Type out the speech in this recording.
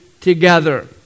together